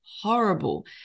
horrible